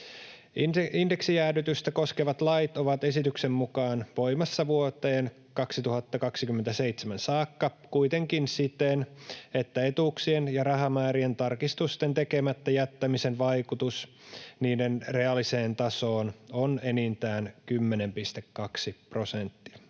Indeksijäädytystä koskevat lait ovat esityksen mukaan voimassa vuoteen 2027 saakka, kuitenkin siten, että etuuksien ja rahamäärien tarkistusten tekemättä jättämisen vaikutus niiden reaaliseen tasoon on enintään 10,2 prosenttia.